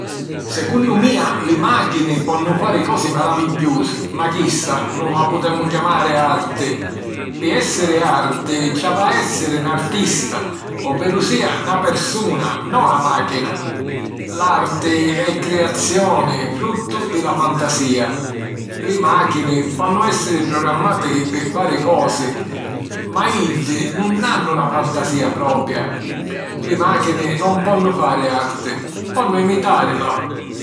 Secunnu mia li màchini ponnu fari cosi maravigghiusi ma chissa nun la putemu chiamari "arti". Pi èssiri "arti" ci havi a èssiri 'n artista, o veru sìa, na persuna, no na màchina. L'arti è criazioni fruttu di la fantasìa. Li màchini ponnu èssiri programmati pi fari cosi ma iddi nun hannu na fantasìa propia. Li màchini non ponnu fari arti; ponnu imitàrila.